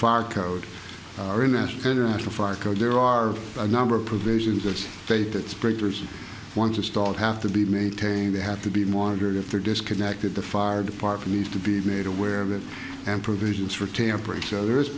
fire code there are a number of provisions that state it's breakers once installed have to be maintained they have to be monitored if they're disconnected the fire department needs to be made aware of it and provisions for tampering so there is